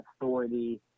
authority